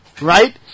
right